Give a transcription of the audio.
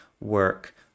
work